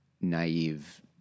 naive